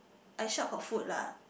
I shop for food lah